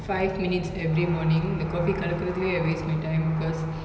five minutes every morning the coffee கலகுரதுலயே:kalakurathulaye I waste my time because